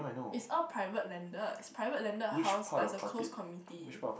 it's all private landed it's private landed house it's a close committee